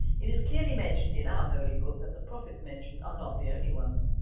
it is clearly mentioned in our holy book that the prophets mentioned are not the only ones.